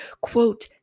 quote